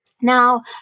now